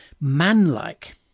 manlike